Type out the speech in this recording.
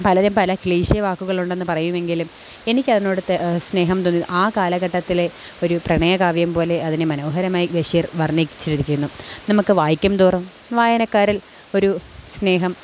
പലരും പല ക്ലിഷേ വാക്കുകൾ ഉണ്ടെന്ന് പറയുമെങ്കിലും എനിക്കതിനോട് സ്നേഹം തോന്നിയത് ആ കാലഘട്ടത്തിലെ ഒരു പ്രണയകാവ്യം പോലെ അതിനെ മനോഹരമായി ബഷീർ വർണ്ണിച്ചിരിക്കുന്നു നമുക്ക് വായിക്കും തോറും വായനക്കാരിൽ ഒരു സ്നേഹം